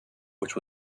which